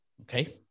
Okay